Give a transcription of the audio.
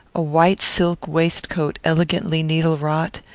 a white silk waistcoat elegantly needle-wrought,